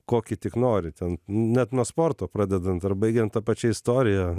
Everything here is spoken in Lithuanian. kokį tik nori ten net nuo sporto pradedant ar baigiant ta pačia istorija